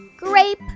grape